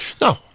No